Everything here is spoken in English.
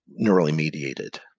neurally-mediated